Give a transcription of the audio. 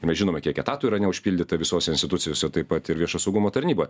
mes žinome kiek etatų yra neužpildyta visose institucijose taip pat ir viešojo saugumo tarnyboje